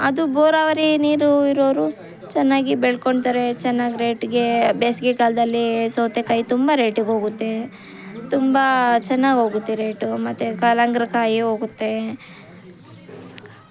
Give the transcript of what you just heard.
ಅದು ಬೋರಾವರಿ ನೀರು ಇರೋರು ಚೆನ್ನಾಗಿ ಬೆಳ್ಕೊಳ್ತಾರೆ ಚೆನ್ನಾಗಿ ರೇಟ್ಗೆ ಬೇಸಿಗೆಕಾಲದಲ್ಲಿ ಸೌತೆಕಾಯಿ ತುಂಬ ರೇಟಿಗೆ ಹೋಗುತ್ತೆ ತುಂಬ ಚೆನ್ನಾಗಿ ಹೋಗುತ್ತೆ ರೇಟು ಮತ್ತೆ ಕಲಂಗ್ಡಿ ಕಾಯೂ ಹೋಗುತ್ತೆ